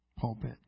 pulpit